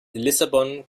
lissabon